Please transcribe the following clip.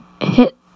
hit